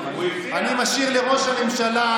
אתה הולך לבטל את ההסכם,